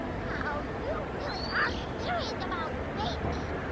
wow you really are serious about safety.